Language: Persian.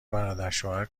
برادرشوهر